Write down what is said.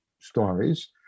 stories